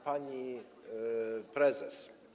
Pani Prezes!